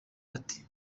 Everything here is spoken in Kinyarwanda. ati